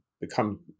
become